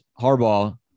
Harbaugh